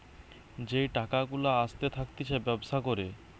যেই টাকা গুলা আসতে থাকতিছে ব্যবসা করে